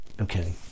okay